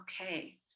Okay